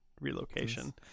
relocation